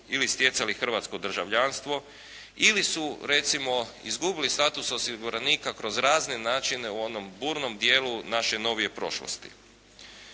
ili stjecali hrvatsko državljanstvo ili su recimo izgubili status osiguranika kroz razne načine u onom burnom dijelu naše novije prošlosti.